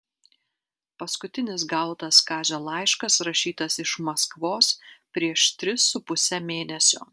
paskutinis gautas kazio laiškas rašytas iš maskvos prieš tris su puse mėnesio